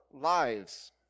lives